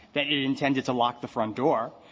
that it intended to lock the front door.